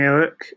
Eric